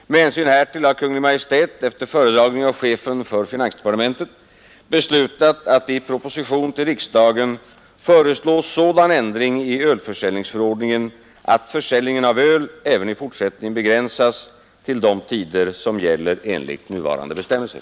Med hänsyn härtill har Kungl. Maj:t efter föredragning av chefen för finansdepartementet beslutat att i proposition till riksdagen föreslå sådan ändring i ölförsäljningsförordningen att försäljningen av öl även i fortsättningen begränsas till de tider som gäller enligt nuvarande bestämmelser.